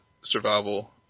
survival